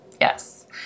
Yes